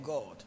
God